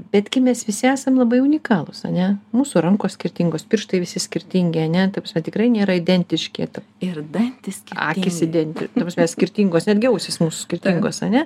betgi mes visi esam labai unikalūs ar ne mūsų rankos skirtingos pirštai visi skirtingi ar ne ta prasme tikrai nėra identiški ir dantys akys iden ta prasme skirtingos netgi ausys mums skirtingos ar ne